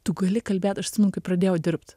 tu gali kalbėt aš atsimenu kai pradėjau dirbt